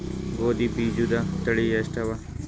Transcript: ಗೋಧಿ ಬೀಜುದ ತಳಿ ಎಷ್ಟವ?